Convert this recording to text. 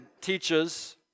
teaches